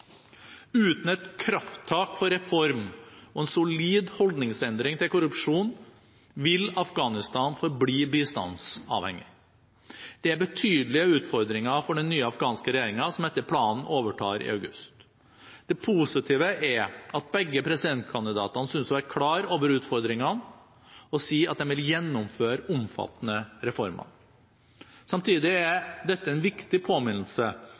Uten et krafttak for reform og en solid holdningsendring til korrupsjon vil Afghanistan forbli bistandsavhengig. Dette er betydelige utfordringer for den nye afghanske regjeringen som etter planen overtar i august. Det positive er at begge presidentkandidatene synes å være klar over utfordringene og sier at de vil gjennomføre omfattende reformer. Samtidig er dette en viktig påminnelse